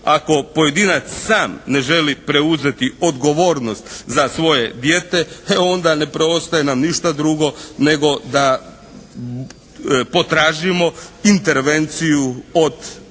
Ako pojedinac sam ne želi preuzeti odgovornost za svoje dijete, e onda ne preostaje nam ništa drugo nego da potražujemo intervenciju od države.